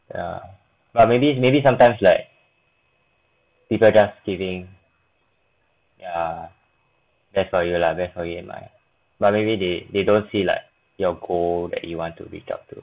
yeah but maybe maybe sometimes like people just give in ya best for you lah best for you in mind but maybe they they don't say like your goal that you want to reach up to